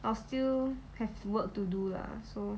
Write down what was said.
I will still have work to do lah so